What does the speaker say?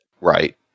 Right